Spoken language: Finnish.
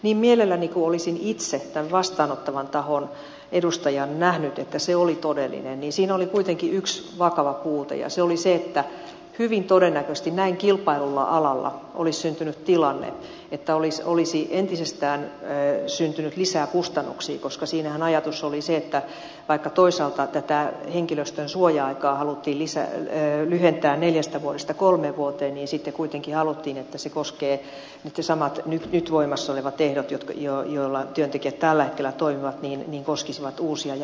niin mielelläni kuin olisin itse tämän vastaanottavan tahon edustajana nähnyt että se oli todellinen niin siinä oli kuitenkin yksi vakava puute ja se oli se että hyvin todennäköisesti näin kilpaillulla alalla olisi syntynyt tilanne että olisi entisestään syntynyt lisää kustannuksia koska siinähän ajatus oli se että vaikka toisaalta tätä henkilöstön suoja aikaa haluttiin lyhentää neljästä vuodesta kolmeen vuoteen niin sitten kuitenkin haluttiin että samat nyt voimassa olevat ehdot joilla työntekijät tällä hetkellä toimivat koskisivat uusia ja vanhoja